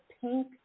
pink